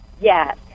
Yes